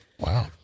Wow